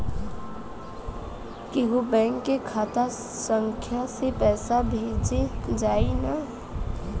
कौन्हू बैंक के खाता संख्या से पैसा भेजा जाई न?